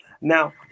Now